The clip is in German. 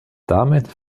damit